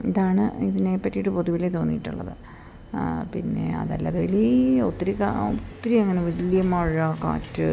ഇതാണ് ഇതിനെ പറ്റിയിട്ട് പൊതുവിൽ തോന്നിയിട്ടുള്ളത് പിന്നെ അതല്ലാതെ വലിയ ഒത്തിരി ഒത്തിരി അങ്ങനെ വലിയ മഴ കാറ്റ്